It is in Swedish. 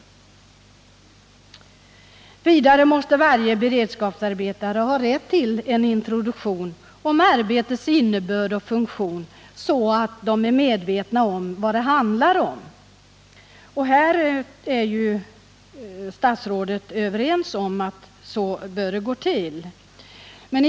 För det tredje måste alla beredskapsarbetare ha rätt till en introduktion om arbetets innebörd och funktion, så att de blir medvetna om vad det handlar om. Statsrådet tycks ju också vara överens med mig om att det bör gå till på det sättet.